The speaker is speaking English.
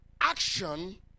action